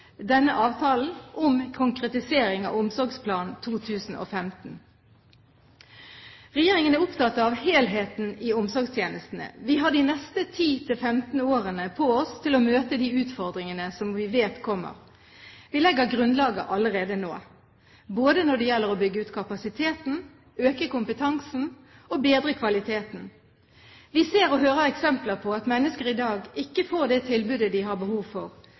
denne avtalen om konkretisering av Omsorgsplan 2015. Regjeringen er opptatt av helheten i omsorgstjenestene. Vi har de neste 10 til 15 årene på oss til å møte de utfordringer vi vet kommer. Vi legger grunnlaget allerede nå, både når det gjelder å bygge ut kapasiteten, øke kompetansen og bedre kvaliteten. Vi ser og hører eksempler på at mennesker i dag ikke får det tilbudet de har behov for.